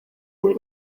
ukuri